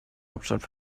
hauptstadt